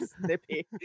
snippy